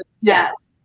Yes